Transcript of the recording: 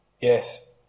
Yes